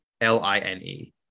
L-I-N-E